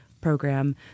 program